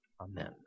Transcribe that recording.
Amen